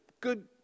good